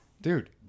dude